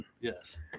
Yes